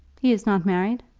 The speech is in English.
he's not married?